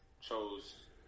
chose